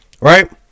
Right